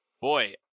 boy